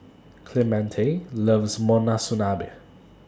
Clemente loves Monsunabe